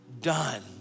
done